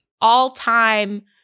all-time